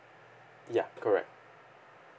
ya correct